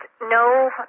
no